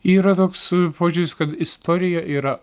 yra toks požiūris kad istorija yra